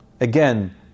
again